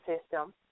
system